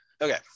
Okay